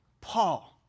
Paul